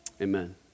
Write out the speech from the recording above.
amen